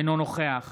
אינו נוכח